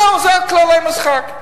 זהו, אלה כללי המשחק.